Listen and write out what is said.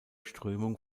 strömung